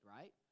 right